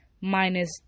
minus